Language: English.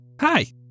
Hi